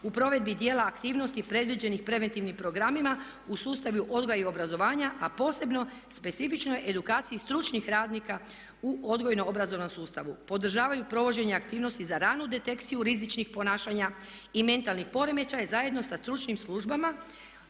u provedbi dijela aktivnosti predviđenih preventivnim programima u sustavu odgoja i obrazovanja, a posebno specifičnoj edukaciji stručnih radnika u odgojno-obrazovnom sustavu, podržavaju provođenje aktivnosti za ranu detekciju rizičnih ponašanja i mentalnih poremećaja zajedno sa stručnim službama